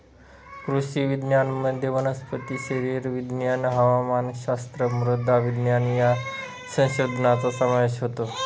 कृषी विज्ञानामध्ये वनस्पती शरीरविज्ञान, हवामानशास्त्र, मृदा विज्ञान या संशोधनाचा समावेश होतो